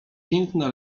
piękna